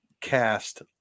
cast